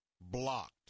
blocked